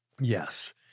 Yes